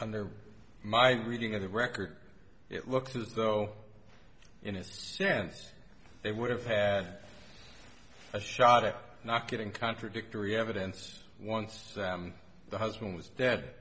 under my reading of the record it looked as though in a sense they would have had a shot at not getting contradictory evidence once the husband was dead